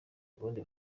ubundi